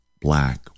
black